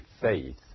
faith